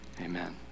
Amen